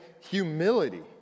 humility